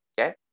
Okay